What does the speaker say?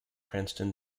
cranston